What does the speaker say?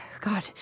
God